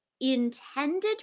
intended